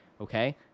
okay